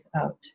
out